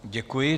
Děkuji.